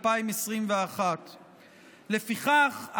2021. לפיכך,